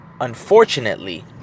unfortunately